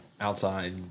outside